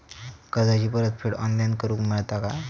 कर्जाची परत फेड ऑनलाइन करूक मेलता काय?